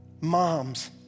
moms